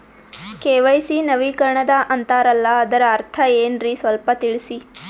KYC ನವೀಕರಣ ಅಂತಾರಲ್ಲ ಅದರ ಅರ್ಥ ಏನ್ರಿ ಸ್ವಲ್ಪ ತಿಳಸಿ?